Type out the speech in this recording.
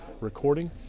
recording